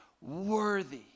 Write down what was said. worthy